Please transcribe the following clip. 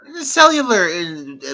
cellular